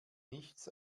nichts